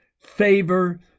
favor